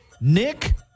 Nick